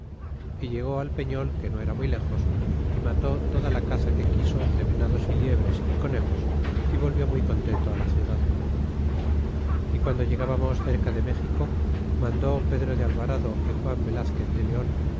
y llegó al peño que no era muy léjos y mató toda la caza que quiso de venados y liebres y conejos y volvió muy contento la ciudad y guando llegábamos cerca de méxico mandó pedro de alvarado y juan velazquez de leon